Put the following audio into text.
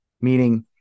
meaning